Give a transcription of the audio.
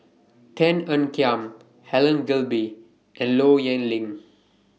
Tan Ean Kiam Helen Gilbey and Low Yen Ling